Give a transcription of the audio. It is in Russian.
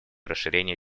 расширения